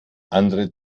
andere